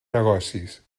negocis